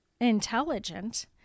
intelligent